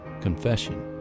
confession